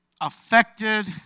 affected